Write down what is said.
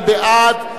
מי בעד?